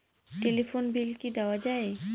Telephone bill কি দেওয়া যায়?